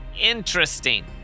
Interesting